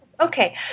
Okay